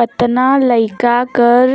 कतना लइका मन कर